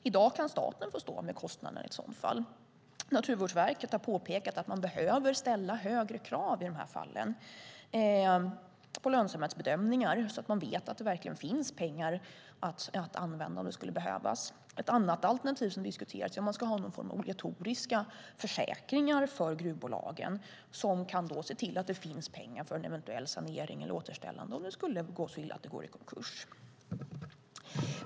I dag kan staten få stå med kostnaden i ett sådant fall. Naturvårdsverket har påpekat att man behöver ställa högre krav i de fallen på lönsamhetsbedömningar så att man vet att det verkligen finns pengar att använda om det skulle behövas. Ett annat alternativ som har diskuterats är om man ska ha någon form av obligatoriska försäkringar för gruvbolagen som kan se till att det finns pengar för en eventuell sanering eller återställande om det skulle gå så illa att de går i konkurs.